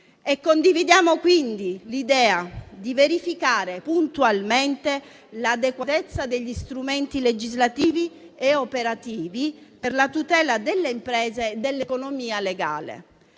Condividiamo quindi l'idea di verificare puntualmente l'adeguatezza degli strumenti legislativi e operativi per la tutela delle imprese e dell'economia legale.